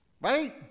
Right